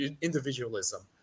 individualism